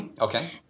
Okay